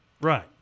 Right